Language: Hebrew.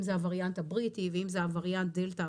אם זה הווריאנט הבריטי ואם זה הווריאנט דלתא,